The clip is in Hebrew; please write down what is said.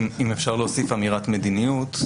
אם אפשר להוסיף אמירת מדיניות,